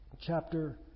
chapter